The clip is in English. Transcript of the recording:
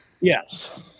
Yes